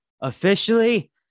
Officially